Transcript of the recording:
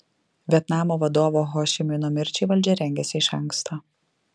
vietnamo vadovo ho ši mino mirčiai valdžia rengėsi iš anksto